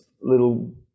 little